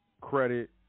credit